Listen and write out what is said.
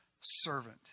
servant